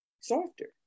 softer